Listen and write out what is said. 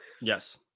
yes